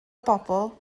bobl